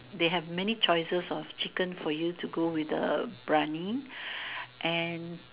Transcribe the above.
they have many choices of chicken for you to go with the briyani and